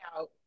out